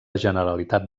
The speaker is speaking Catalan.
generalitat